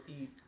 eat